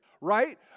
right